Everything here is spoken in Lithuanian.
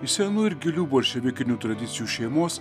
iš senų ir gilių bolševikinių tradicijų šeimos